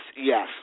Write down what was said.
yes